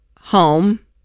home